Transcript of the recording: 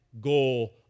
goal